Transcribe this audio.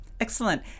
Excellent